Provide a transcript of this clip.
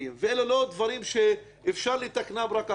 אלה לא דברים שאפשר לתקן רק אחר כך.